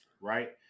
right